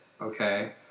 okay